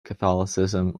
catholicism